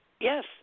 Yes